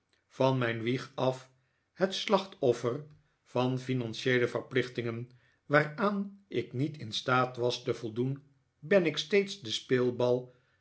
van mijn wieg a'f het slachtoffer van financieele verplichtingen waaraan ik niet in staat was te voldoen ben ik steeds de speelbal